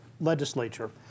legislature